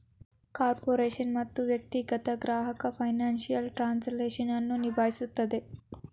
corporation ಮತ್ತು ವ್ಯಕ್ತಿಗತ ಗ್ರಾಹಕ ಫೈನಾನ್ಸಿಯಲ್ ಟ್ರಾನ್ಸ್ಲೇಷನ್ ಅನ್ನು ನಿಭಾಯಿಸುತ್ತದೆ